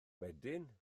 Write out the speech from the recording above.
wedyn